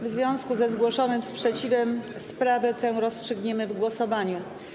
W związku ze zgłoszonym sprzeciwem sprawę tę rozstrzygniemy w głosowaniu.